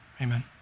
Amen